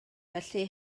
felly